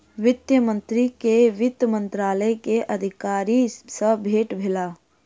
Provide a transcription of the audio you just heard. वित्त मंत्री के वित्त मंत्रालय के अधिकारी सॅ भेट भेल